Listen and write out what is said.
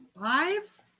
five